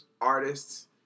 artists